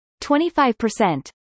25%